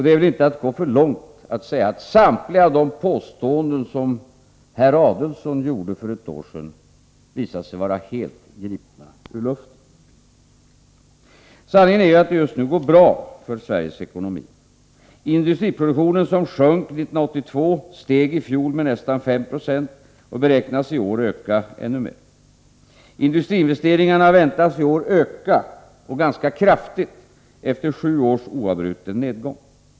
Det är inte att gå för långt att säga att de påståenden som herr Adelsohn gjorde för ett år sedan visat sig vara helt gripna ur luften. Sanningen är ju att det just nu går bra för Sveriges ekonomi. Industriproduktionen, som sjönk 1982, steg i fjol med nästan 5 70 och beräknas i år öka ännu mer. Industriinvesteringarna beräknas i år öka ganska kraftigt efter sju års oavbruten nedgång.